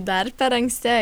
dar per anksti